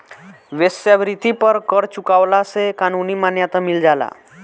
वेश्यावृत्ति पर कर चुकवला से कानूनी मान्यता मिल जाला